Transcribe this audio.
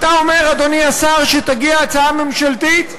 אתה אומר, אדוני השר, שתגיע הצעה ממשלתית?